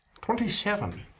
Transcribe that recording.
Twenty-seven